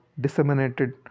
disseminated